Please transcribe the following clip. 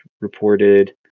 reported